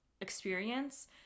experience